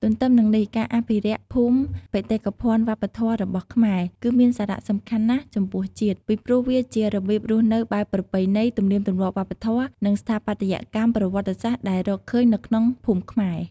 ទន្ទឹមនឹងនេះ ការអភិរក្សភូមិបេតិកភណ្ឌវប្បធម៌របស់ខ្មែរ គឺមានសារៈសំខាន់ណាស់ចំពោះជាតិ ពីព្រោះវាជារបៀបរស់នៅបែបប្រពៃណី ទំនៀមទម្លាប់វប្បធម៌ និងស្ថាបត្យកម្មប្រវត្តិសាស្ត្រដែលរកឃើញនៅក្នុងភូមិខ្មែរ។